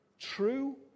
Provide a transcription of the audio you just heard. True